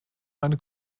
meine